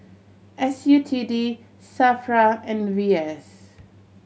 S U T D SAFRA and V S